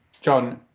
John